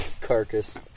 carcass